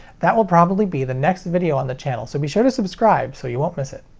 that will probably be the next video on the channel, so be sure to subscribe so you won't miss it!